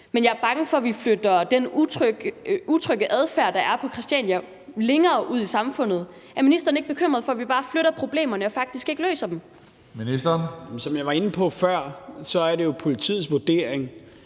Men jeg er bange for, at vi flytter den utrygge adfærd, der er på Christiania, længere ud i samfundet. Er ministeren ikke bekymret for, at vi bare flytter problemerne og faktisk ikke løser dem? Kl. 17:15 Tredje næstformand (Karsten Hønge): Ministeren.